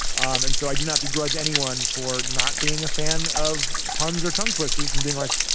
um and so i do not begrudge anyone for not being a fan of puns or tongue twisters and being like,